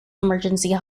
emergency